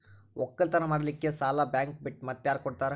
ಒಕ್ಕಲತನ ಮಾಡಲಿಕ್ಕಿ ಸಾಲಾ ಬ್ಯಾಂಕ ಬಿಟ್ಟ ಮಾತ್ಯಾರ ಕೊಡತಾರ?